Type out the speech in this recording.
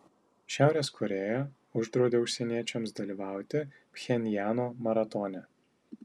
šiaurės korėja uždraudė užsieniečiams dalyvauti pchenjano maratone